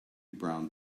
brown